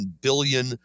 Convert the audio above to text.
billion